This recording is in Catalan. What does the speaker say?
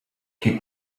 qui